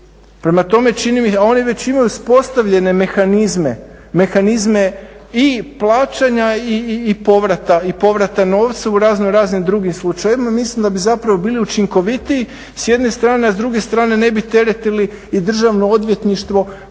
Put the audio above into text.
alimentaciju. A oni već imaju uspostavljene mehanizme, mehanizme i plaćanja i povrata novca u razno raznim drugim slučajevima. Mislim da bi zapravo bili učinkovitiji s jedne strane, a s druge strane ne bi teretili i Državno odvjetništvo